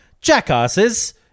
jackasses